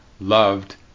loved